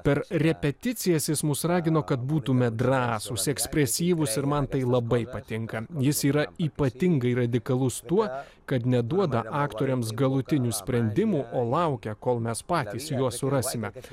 per repeticijas jis mus ragino kad būtume drąsūs ekspresyvūs ir man tai labai patinka jis yra ypatingai radikalus tuo kad neduoda aktoriams galutinių sprendimų o laukia kol mes patys juos surasime